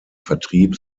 vertrieb